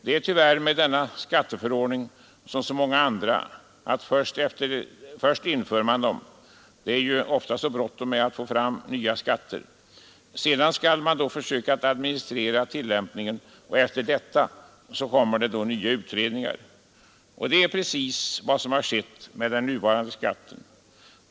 Det är tyvärr med denna skatteförordning som med så många andra: först inför man den — det är ofta så bråttom att införa nya skatter — och sedan skall man då försöka att administrera tillämpningen, och efter detta kommer nya utredningar. Det är precis vad som skett med den nuvarande skatten.